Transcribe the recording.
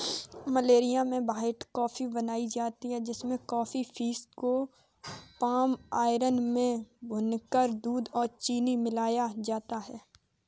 Malaysia में white coffee बनाई जाती है जिसमें कॉफी बींस को पाम आयल में भूनकर दूध और चीनी मिलाया जाता है